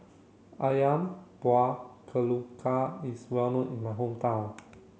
Ayam Buah Keluak is well known in my hometown